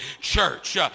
church